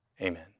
Amen